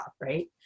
right